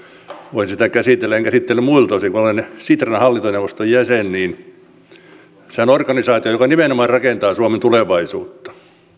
voin sitä käsitellä en käsittele muilta osin kun olen sitran hallintoneuvoston jäsen ja se on organisaatio joka nimenomaan rakentaa suomen tulevaisuutta